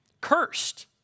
cursed